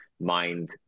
mind